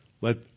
Let